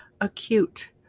acute